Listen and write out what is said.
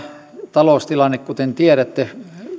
taloustilanne kuten tiedätte